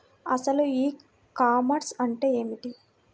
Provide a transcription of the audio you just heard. అసలు ఈ కామర్స్ అంటే ఏమిటి?